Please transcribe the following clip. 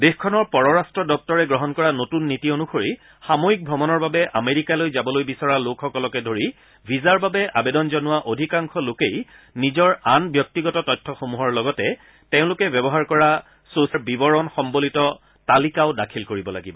দেশখনৰ পৰৰাট্ট দপ্তৰে গ্ৰহণ কৰা নতুন নীতি অনুসৰি সাময়িক ভ্ৰমণৰ বাবে আমেৰিকালৈ যাবলৈ বিচৰা লোকসকলকে ধৰি ভিছাৰ বাবে আবেদন জনোৱা অধিকাংশ লোকেই নিজৰ আন ব্যক্তিগত তথ্যসমূহৰ লগতে তেওঁলোকে ব্যৱহাৰ কৰা ছ চিয়েল মেডিয়াৰ বিৱৰণ সম্বলিত তালিকাও দাখিল কৰিব লাগিব